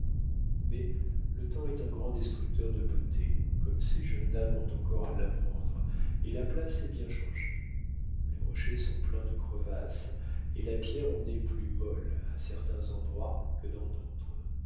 mais le temps est un grand destructeur de beauté comme ces jeunes dames ont encore à l'apprendre et la place est bien changée les rochers sont pleins de crevasses et la pierre en est plus molle à certains endroits que dans d'autres